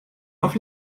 auf